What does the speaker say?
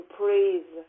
praise